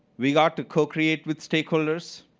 we are to co-create with stakeholders,